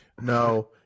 No